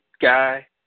guy